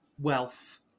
wealth